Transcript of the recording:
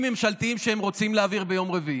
ממשלתיים שהם רוצים להעביר ביום רביעי,